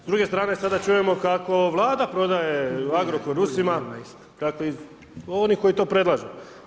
S druge strane sada čujemo kako Vlada prodaje Agrokor Rusima oni koji to predlažu.